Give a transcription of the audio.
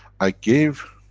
i gave,